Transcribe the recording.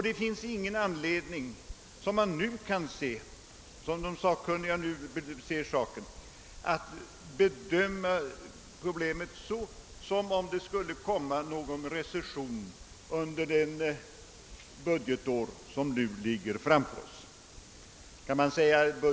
Det finns ingen anledning att räkna med att det skulle inträffa en recession under det budgetår som ligger framför OSS.